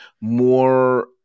more –